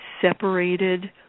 separated